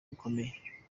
bikomeye